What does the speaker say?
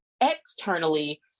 externally